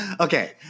Okay